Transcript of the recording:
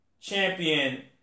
champion